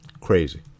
crazy